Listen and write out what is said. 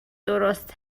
درست